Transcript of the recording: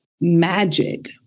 magic